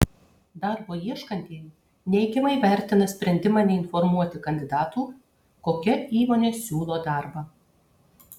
darbo ieškantieji neigiamai vertina sprendimą neinformuoti kandidatų kokia įmonė siūlo darbą